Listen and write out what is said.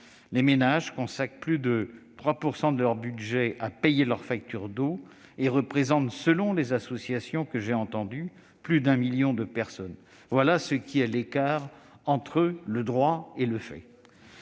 les ménages consacrant plus de 3 % de leur budget à payer leurs factures d'eau. Ils représentent, selon les associations que j'ai entendues, plus de 1 million de personnes. Voilà pour ce qui est de l'écart entre le droit et le fait.